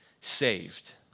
saved